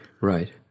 Right